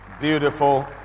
Beautiful